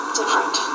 different